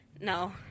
No